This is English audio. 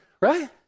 right